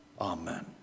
Amen